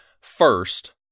first